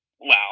Wow